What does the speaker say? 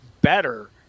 better